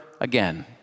again